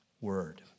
word